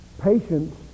Patience